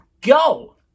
go